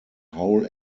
whole